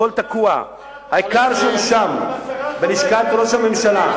הכול תקוע, העיקר שהוא שם, בלשכת ראש הממשלה,